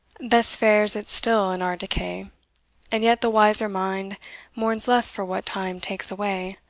thus fares it still in our decay and yet the wiser mind mourns less for what time takes away,